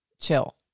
chill